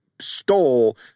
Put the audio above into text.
stole